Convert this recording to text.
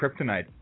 kryptonite